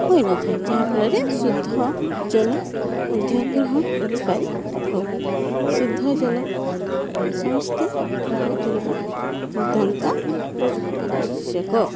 ହୋଇନଥାଏ ଯାହାଫଳରେ ଶୁଦ୍ଧ ଜଳ ମଧ୍ୟ ଗ୍ରହଣ କରିପାରିଥାଉ ଶୁଦ୍ଧ ଜଳ ସମସ୍ତେ ଗ୍ରହଣ କରିବା ନିତ୍ୟାନ୍ତ ଆବଶ୍ୟକ